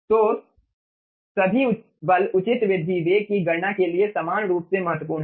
तो सभी बल उचित वृद्धि वेग की गणना के लिए समान रूप से महत्वपूर्ण हैं